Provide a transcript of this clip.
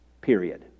Period